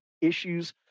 issues